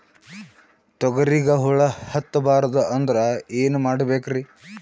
ತೊಗರಿಗ ಹುಳ ಹತ್ತಬಾರದು ಅಂದ್ರ ಏನ್ ಮಾಡಬೇಕ್ರಿ?